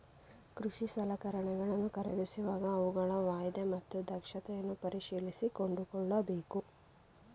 ಕೃಷಿ ಸಲಕರಣೆಗಳನ್ನು ಖರೀದಿಸುವಾಗ ಅವುಗಳ ವಾಯ್ದೆ ಮತ್ತು ದಕ್ಷತೆಯನ್ನು ಪರಿಶೀಲಿಸಿ ಕೊಂಡುಕೊಳ್ಳಬೇಕು